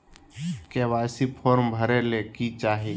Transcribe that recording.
KYC form भरे ले कि चाही?